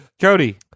Cody